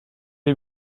est